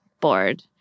board